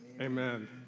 amen